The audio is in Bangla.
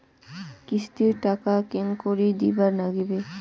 কিস্তির টাকা কেঙ্গকরি দিবার নাগীবে?